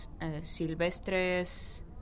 silvestres